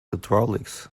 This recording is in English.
hydraulics